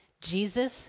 Jesus